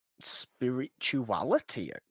spirituality